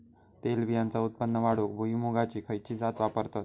तेलबियांचा उत्पन्न वाढवूक भुईमूगाची खयची जात वापरतत?